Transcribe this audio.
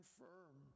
firm